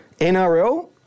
NRL